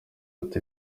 ati